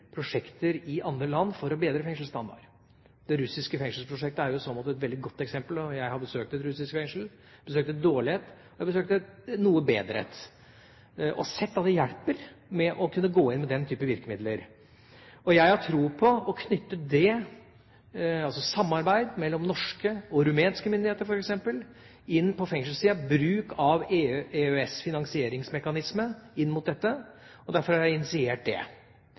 prosjekter i andre land for å bedre fengselsstandarden. Det russiske fengselsprosjektet er jo i så måte et veldig godt eksempel. Jeg har besøkt et russisk fengsel, dvs. jeg har besøkt et dårlig et, og jeg har besøkt et noe bedre et, og sett at det hjelper å kunne gå inn med den type virkemidler. Jeg har tro på å knytte det – altså samarbeid mellom norske og rumenske myndigheter f.eks. – inn mot fengselssiden, gjøre bruk av EØS' finansieringsmekanisme inn mot dette, og derfor har jeg initiert det.